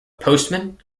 postman